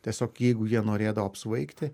tiesiog jeigu jie norėdavo apsvaigti